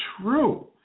true